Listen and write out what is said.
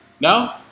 No